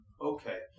okay